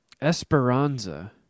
Esperanza